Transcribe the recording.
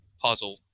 puzzle